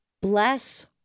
bless